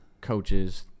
coaches